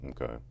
Okay